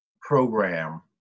program